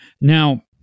Now